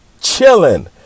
chilling